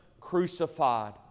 crucified